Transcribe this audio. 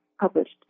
published